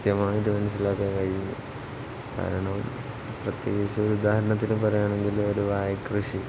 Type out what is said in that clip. കൃത്യമായിട്ട് മനസ്സിലാക്കാൻ കഴിയുന്നു കാരണം പ്രത്യേകിച്ച് ഒരു ഉദാഹരണത്തിന് പറയുകയാണെങ്കിൽ ഒരു വാഴ കൃഷി